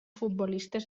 futbolistes